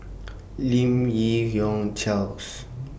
Lim Yi Yong Charles